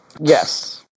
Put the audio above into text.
Yes